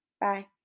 Bye